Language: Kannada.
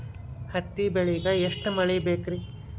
ಹತ್ತಿ ಬೆಳಿಗ ಎಷ್ಟ ಮಳಿ ಬೇಕ್ ರಿ?